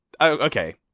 okay